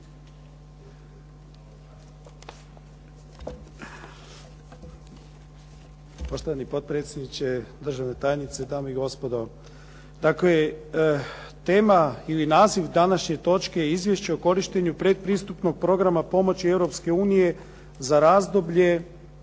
Poštovani potpredsjedniče, državna tajnice, dame i gospodo. Tema ili naziv današnje točke Izvješće o korištenju predpristupnog programa pomoći Europske unije za razdoblje